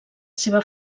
seva